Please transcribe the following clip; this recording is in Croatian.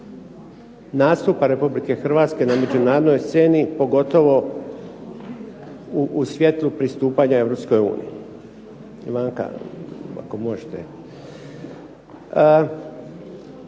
nastupa Republike Hrvatske na međunarodnoj sceni pogotovo u svjetlu pristupanja Europskoj uniji.